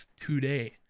today